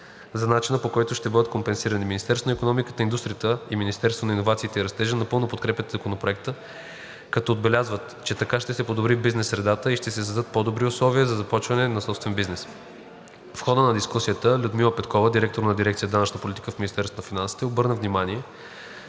за начина, по който ще бъдат компенсирани. Министерството на икономиката и индустрията и Министерството на иновациите и растежа напълно подкрепят Законопроекта, като отбелязват, че така ще се подобри бизнес средата и ще се създадат по-добри условия за започване на собствен бизнес. В хода на дискусията Людмила Петкова – директор на дирекция „Данъчна политика“ в Министерството на финансите, обърна внимание,